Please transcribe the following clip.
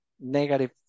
negative